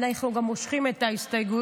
אנחנו גם מושכים את ההסתייגויות,